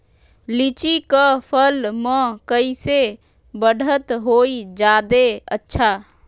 लिचि क फल म कईसे बढ़त होई जादे अच्छा?